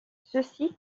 ceci